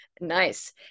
nice